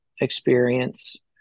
experience